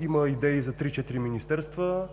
Има идеи за три-четири министерства.